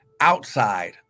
outside